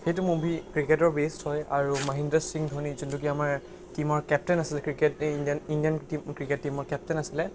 সেইটো মুভি ক্ৰিকেটৰ বেষ্ট হয় আৰু মাহিন্দ্ৰ সিং ধোনি যোনটো কি আমাৰ টীমৰ কেপ্টেইন আছিলে ইণ্ডিয়ান ক্ৰিকেট টীমৰ কেপ্টেইন আছিলে